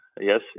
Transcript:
yes